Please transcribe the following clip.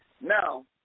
Now